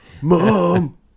mom